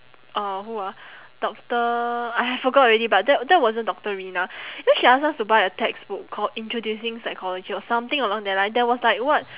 uh who ah doctor !aiya! forgot already but that that wasn't doctor rina then she ask us to buy a textbook called introducing psychology or something along that line that was like what